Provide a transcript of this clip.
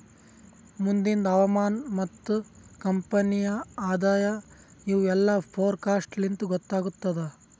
ಮುಂದಿಂದ್ ಹವಾಮಾನ ಮತ್ತ ಕಂಪನಿಯ ಆದಾಯ ಇವು ಎಲ್ಲಾ ಫೋರಕಾಸ್ಟ್ ಲಿಂತ್ ಗೊತ್ತಾಗತ್ತುದ್